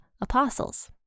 apostles